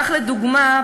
לדוגמה,